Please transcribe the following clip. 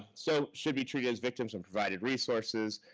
so should we treat it as victims and provided resources?